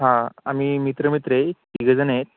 हां आम्ही मित्र मित्र आहे तिघं जणं आहेत